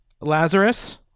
Lazarus